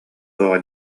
суоҕа